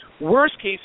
worst-case